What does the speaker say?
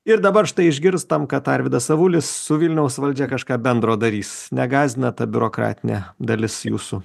ir dabar štai išgirstam kad arvydas avulis su vilniaus valdžia kažką bendro darys negąsdina ta biurokratinė dalis jūsų